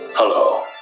Hello